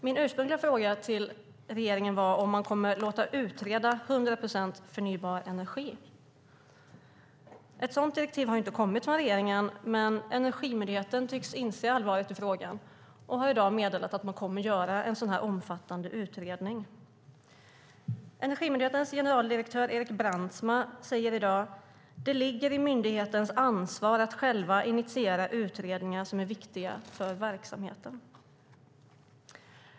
Min ursprungliga fråga till regeringen var om man kommer att låta utreda 100 procent förnybar energi. Ett sådant direktiv har inte kommit från regeringen, men Energimyndigheten tycks inse allvaret i frågan och har i dag meddelat att man kommer att göra en omfattande utredning. Energimyndighetens generaldirektör Erik Brandsma säger i dag att det ligger i myndighetens ansvar att initiera utredningar som är viktiga för verksamheten.